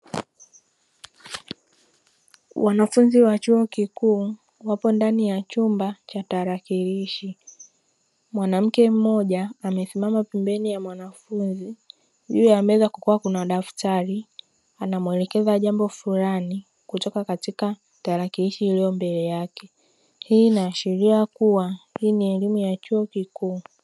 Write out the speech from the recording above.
Wanafunzi wa chuo kikuu wapo ndani ya chumba cha tarakilishi. Mwanamke mmoja amesimama pembeni ya mwanafunzi juu ya meza kukiwa kuna daftari anamuelekeza jambo fulani kutoka katika tarakilishi iliyopo mbele yake. Hii inaashiria kuwa hii ni elmu ya chuo kikuu.